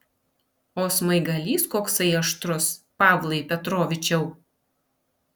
o smaigalys koksai aštrus pavlai petrovičiau